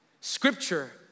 Scripture